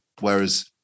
Whereas